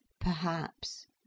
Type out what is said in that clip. Perhaps